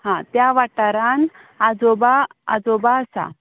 हा त्या वाठारान आजोबा आजोबा आसा